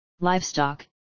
livestock